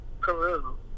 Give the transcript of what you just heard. Peru